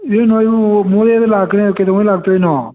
ꯌꯦꯟ ꯃꯔꯨ ꯃꯣꯔꯦꯗ ꯂꯥꯛꯀꯅꯤ ꯍꯥꯏꯗꯣ ꯀꯩꯗꯧꯉꯩ ꯂꯥꯛꯇꯣꯏꯅꯣ